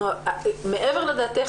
מעבר לדעתך,